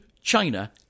China